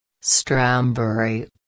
Strawberry